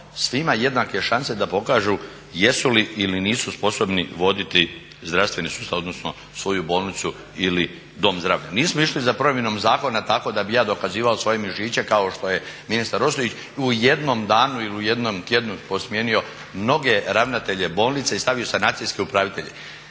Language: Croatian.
svima jednake šanse da pokažu jesu li ili nisu sposobni voditi zdravstveni sustav, odnosno svoju bolnicu ili dom zdravlja. Nismo išli za promjenom zakona tako da bih ja dokazivao svoje mišiće kao što je ministar Ostojić u jednom danu ili u jednom tjednu smijenio mnoge ravnatelje bolnica i stavio sanacijske upravitelje